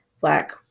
Black